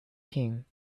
king